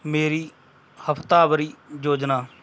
ਮੇਰੀ ਹਫ਼ਤਾਵਾਰੀ ਯੋਜਨਾ